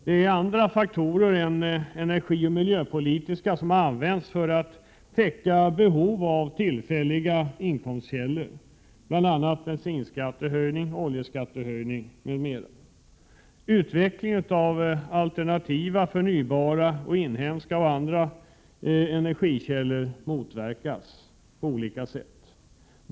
Det är andra faktorer än energioch miljöpolitiska som har använts för att täcka behov av tillfälliga inkomstkällor, bl.a. bensinskattehöjningen och oljeskattehöjningen. Utvecklingen av alternativa förnybara inhemska och andra energikällor motarbetas på olika sätt.